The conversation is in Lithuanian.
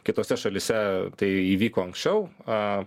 kitose šalyse tai įvyko anksčiau a